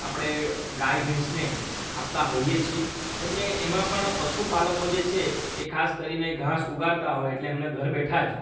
આપણે ગાય ભેંસને આપતા હોઈએ છીએ એટલે એમાં પણ પશુ પાલકો જે છે એ ખાસ કરીને ઘાસ ઉગાડતા હોય એટલે એમને ઘર બેઠા જ